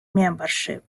membership